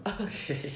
Okay